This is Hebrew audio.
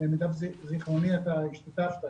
למיטב זכרוני השתתפת.